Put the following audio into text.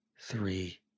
three